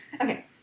Okay